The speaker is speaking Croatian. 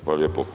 Hvala lijepo.